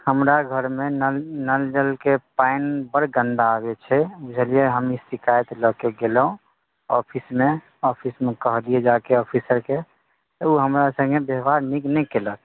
हमरा घरमे नल नल जलके पानि बड़ गन्दा आबै छै बुझलिए हम ई शिकायत लऽ कऽ गेलहुँ ऑफिसमे ऑफिसमे कहलिए जाके ऑफिसरके ओ हमरा सङ्गे बेवहार नीक नहि केलक